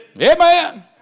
Amen